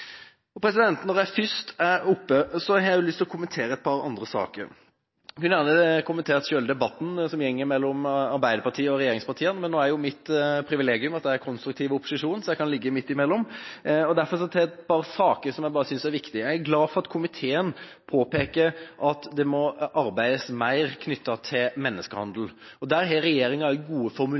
Når jeg først er på talerstolen, har jeg også lyst til å kommentere et par andre saker. Jeg kunne gjerne kommentert debatten mellom Arbeiderpartiet og regjeringspartiene, men nå er det jo mitt privilegium å være i konstruktiv opposisjon, så jeg kan være midt imellom. Til et par saker som jeg synes er viktige. Jeg er glad for at komiteen påpeker at det må arbeides mer mot menneskehandel. Her har regjeringa gode